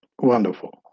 Wonderful